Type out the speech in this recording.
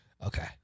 Okay